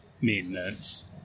maintenance